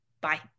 Bye